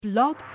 Blog